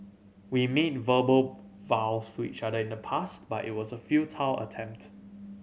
we made verbal vows to each other in the past but it was a futile attempt